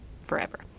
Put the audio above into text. forever